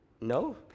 no